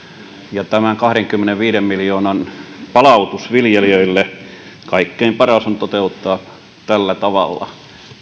ja tämä kahdenkymmenenviiden miljoonan palautus viljelijöille on kaikkein paras toteuttaa tällä tavalla